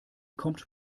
kommt